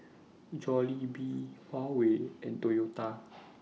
Jollibee Huawei and Toyota